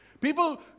People